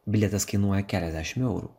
bilietas kainuoja keliasdešim eurų